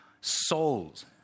souls